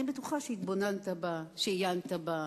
אני בטוחה שהתבוננת בה, שעיינת בה.